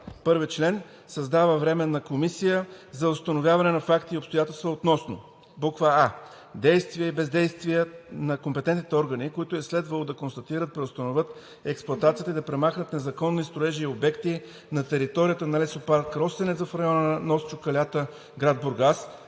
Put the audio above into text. РЕШИ: 1. Създава Временна комисия за установяване на факти и обстоятелства относно а) действията и бездействията на компетентните органи, които е следвало да констатират, преустановят експлоатацията и да премахнат незаконни строежи и обекти на територията на Лесопарк „Росенец“ в района на нос Чукалята, град Бургас,